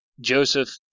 Joseph